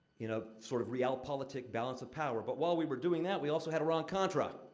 you know, sort of realpolitik balance of power, but while we were doing that, we also had iran-contra.